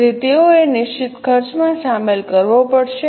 તેથી તેઓને નિશ્ચિત ખર્ચમાં શામેલ કરવો પડશે